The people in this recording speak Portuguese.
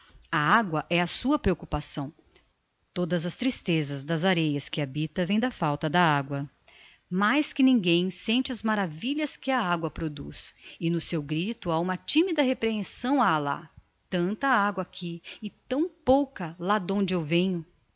a agua é a sua preoccupação todas as tristezas das areias que habita vêm da falta da agua mais que ninguem sente as maravilhas que a agua produz e no seu grito ha uma timida reprehensão a allah tanta agua aqui e tão pouca lá d'onde eu